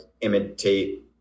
imitate